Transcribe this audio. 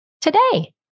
today